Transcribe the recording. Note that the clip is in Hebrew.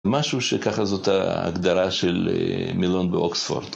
משהו שככה זאת ההגדרה של מילון באוקספורד.